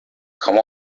come